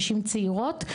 נשים צעירות.